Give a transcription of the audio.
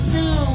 no